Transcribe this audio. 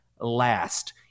last